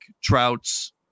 Trout's